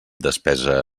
despesa